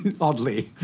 oddly